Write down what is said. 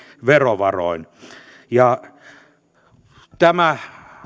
verovaroin tämä